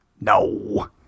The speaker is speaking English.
No